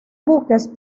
buques